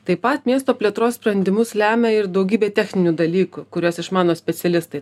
taip pat miesto plėtros sprendimus lemia ir daugybė techninių dalykų kuriuos išmano specialistai